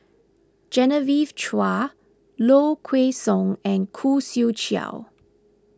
Genevieve Chua Low Kway Song and Khoo Swee Chiow